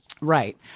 Right